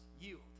yield